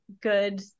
good